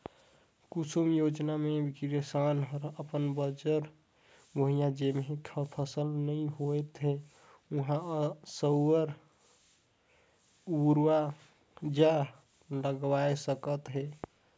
कुसुम योजना मे किसान हर अपन बंजर भुइयां जेम्हे फसल नइ होवत हे उहां सउर उरजा लगवाये सकत हे